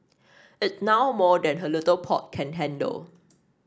it's now more than her little pot can handle